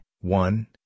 one